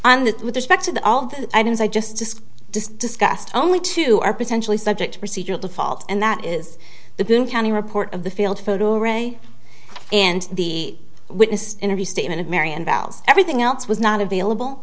to the all the items i just just discussed only two are potentially subject to procedural default and that is the boone county report of the field photo array and the witness interviews statement of marion valves everything else was not available